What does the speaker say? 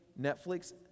Netflix